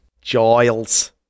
Giles